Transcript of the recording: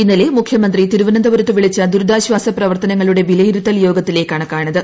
ഇന്നലെ മുഖ്യമന്ത്രി തിരുവനന്തപുരത്ത് വിളിച്ച ദുരിതാശ്വാസപ്രവർത്തനങ്ങളുടെ വിലയിരുത്തൽ യോഗത്തിലെ കണക്കാണിത്